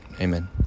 Amen